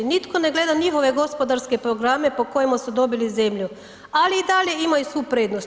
Nitko ne gleda njihove gospodarske programe po kojima su dobili zemlju, ali i dalje imaju svu prednost.